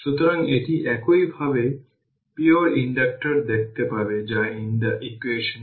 সুতরাং সেই দ্বিতীয় অংশটি হল C1 এ স্টোর ইনিশিয়াল এনার্জি